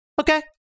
Okay